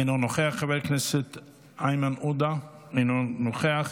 אינו נוכח, חבר הכנסת איימן עודה, אינו נוכח,